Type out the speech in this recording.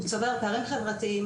הוא צובר פערים חברתיים,